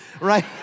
right